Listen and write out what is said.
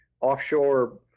offshore